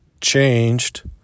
changed